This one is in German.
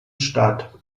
statt